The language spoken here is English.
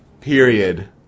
Period